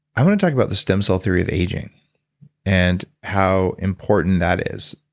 i want to talk about the stem cell through with aging and how important that is.